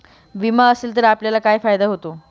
विमा असेल तर आपल्याला काय फायदा होतो?